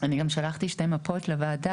אני גם שלחתי שתי מפות לוועדה,